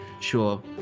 sure